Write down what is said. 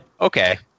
okay